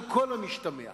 על כל המשתמע ממנה.